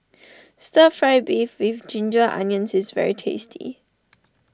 Stir Fry Beef with Ginger Onions is very tasty